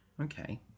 Okay